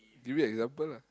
give me example lah